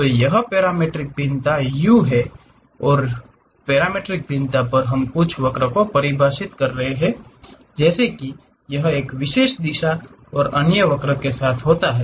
तो यह पैरामीट्रिक भिन्नता u है और पैरामीट्रिक भिन्नता पर हम कुछ वक्र को परिभाषित कर रहे हैं जैसे कि यह एक विशेष दिशा और अन्य वक्र के साथ होता है